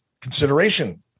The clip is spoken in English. consideration